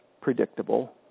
predictable